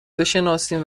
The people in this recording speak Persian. بشناسیم